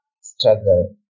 struggle